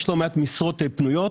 יש לא מעט משרות פנויות.